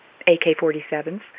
AK-47s